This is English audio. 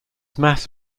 mass